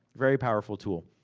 very powerful tool.